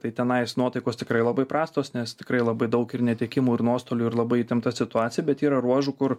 tai tenais nuotaikos tikrai labai prastos nes tikrai labai daug ir netekimų ir nuostolių ir labai įtempta situacija bet yra ruožų kur